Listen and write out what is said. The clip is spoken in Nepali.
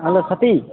हलो साथी